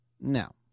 Now